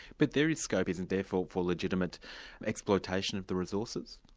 but there is scope, isn't there, for for legitimate exploitation of the resources?